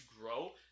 grow